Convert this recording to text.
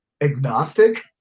Agnostic